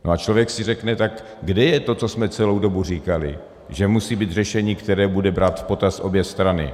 A člověk si řekne tak kde je to, co jsme celou dobu říkali, že musí být řešení, které bude brát v potaz obě strany?